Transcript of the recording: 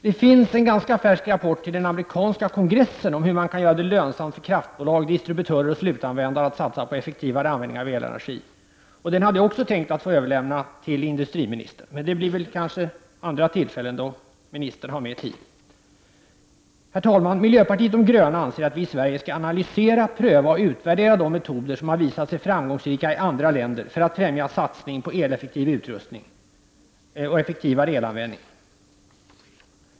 Det finns en ganska färsk rapport till den amerikanska kongressen om hur man kan göra det lönsamt för kraftbolag, distributörer och slutanvändare att satsa på effektivare användning av elenergi. Den har jag också tänkt att få överlämna till industriministern. Men det blir kanske andra tillfällen då ministern har mer tid. Herr talman! Miljöpartiet de gröna anser att vi i Sverige skall analysera, pröva och utvärdera de metoder som har visat sig framgångsrika i andra länder för att främja satsning på eleffektiv utrustning och effektivare elanvändning.